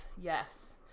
Yes